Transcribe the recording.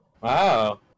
Wow